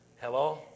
Hello